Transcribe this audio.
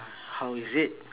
how is it